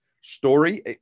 story –